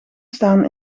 staan